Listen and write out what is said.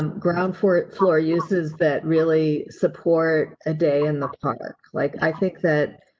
um ground for floor uses that really support a day in the park. like, i think that.